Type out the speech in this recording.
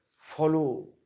follow